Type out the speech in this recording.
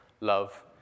love